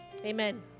amen